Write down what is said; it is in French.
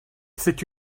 c’est